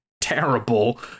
terrible